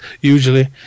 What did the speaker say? usually